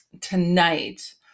tonight